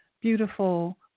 beautiful